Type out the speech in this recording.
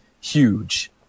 huge